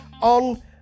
on